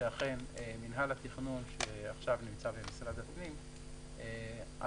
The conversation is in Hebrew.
מינהל התכנון שנמצא עכשיו במשרד הפנים,